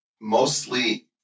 mostly